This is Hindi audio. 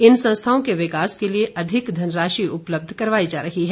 इन संस्थाओं के विकास के लिए अधिक धनराशि उपलब्ध करवाई जा रही है